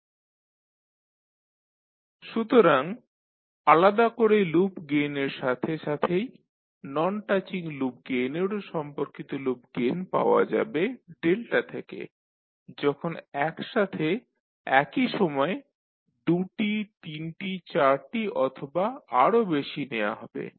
GCRkTkk denotessummation k number of forward paths Tk the kth forward path gain 1 loopgainsnontouchingloopgains takentwoatatime nontouchingloopgainstakenthreeatatime nontouchingloopgainstakenfouratatime সুতরাং আলাদা করে loop গেইনের সাথে সাথেই নন টাচিং লুপ গেইনেরও সম্পর্কিত লুপ গেইন পাওয়া যাবে থেকে যখন একসাথে একই সময়ে দুটি তিনটি চারটি অথবা আরো বেশি নেওয়া হবে